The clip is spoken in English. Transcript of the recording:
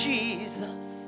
Jesus